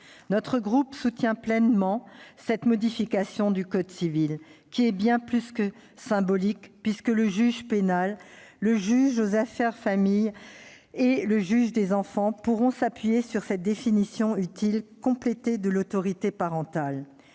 Notre groupe approuve pleinement cette modification du code civil. Elle est bien plus que symbolique, puisque le juge pénal, le juge aux affaires familiales et le juge des enfants pourront s'appuyer sur cette définition utilement complétée de l'autorité parentale.